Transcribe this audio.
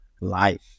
life